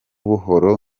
buhoro